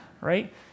Right